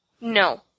No